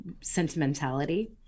sentimentality